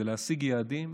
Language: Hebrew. זה להשיג יעדים